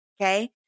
Okay